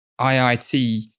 IIT